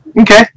Okay